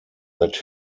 that